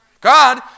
God